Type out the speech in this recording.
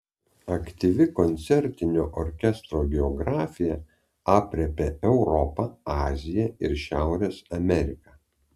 aktyvi koncertinė orkestro geografija aprėpia europą aziją ir šiaurės ameriką